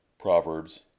Proverbs